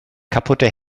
kaputte